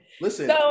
Listen